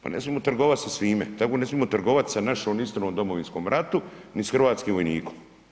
Pa ne smijemo trgovati sa svime, tako ne smijemo trgovati sa našom istinom o Domovinskom ratu ni s hrvatskim vojnikom.